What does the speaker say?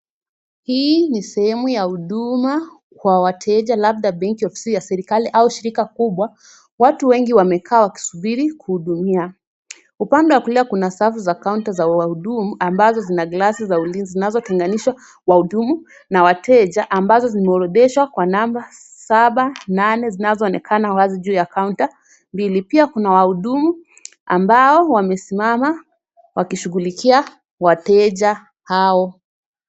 Hii ni sehemu ya huduma kwa wateja labda benki ,ofisi ya serikali au shirika kubwa. Watu wengi wamekaa wakisuburi kuhudumiwa . Upande wa kulia kuna safu za kaunta za wahudumu ambazo zina glasi za ulinzi zinazotenganisha wahudumu na wateja ambazo zimeorodheshwa kwa namba saba, nane zinazoonekana wazi juu ya kaunta mbili. Pia kuna wahudumu ambao wamesimama wakishughilikia wateja hao.